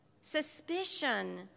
suspicion